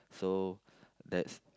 so that's